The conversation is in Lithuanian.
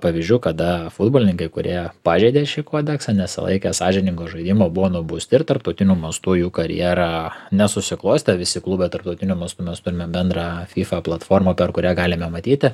pavyzdžių kada futbolininkai kurie pažeidė šį kodeksą nesilaikė sąžiningo žaidimo buvo nubausti ir tarptautiniu mastu jų karjera nesusiklostė visi klube tarptautiniu mastu mes turime bendrą fifa platformą per kurią galime matyti